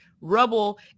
rubble